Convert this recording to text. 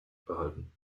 behalten